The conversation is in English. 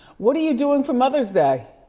what are you doing for mother's day?